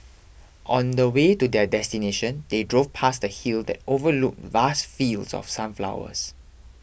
on the way to their destination they drove past a hill that overlooked vast fields of sunflowers